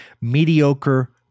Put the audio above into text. mediocre